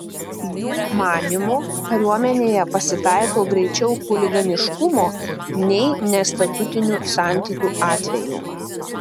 jų manymu kariuomenėje pasitaiko greičiau chuliganiškumo nei nestatutinių santykių atvejų